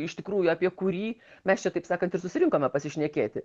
iš tikrųjų apie kurį mes čia taip sakant ir susirinkome pasišnekėti